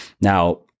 Now